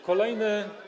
Kolejny.